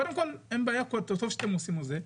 קודם כל טוב שאתם עושים את זה.